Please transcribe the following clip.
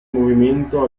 movimento